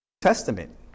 Testament